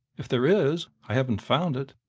if there is, i haven't found it!